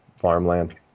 farmland